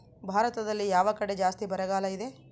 ಭಾರತದಲ್ಲಿ ಯಾವ ಕಡೆ ಜಾಸ್ತಿ ಬರಗಾಲ ಇದೆ?